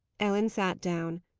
ellen sat down,